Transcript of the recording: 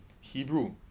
Hebrew